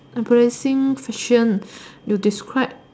embarrassing question you describe